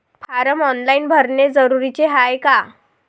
Form online भरने जरुरीचे हाय का?